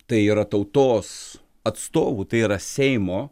tai yra tautos atstovų tai yra seimo